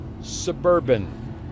Suburban